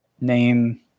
Name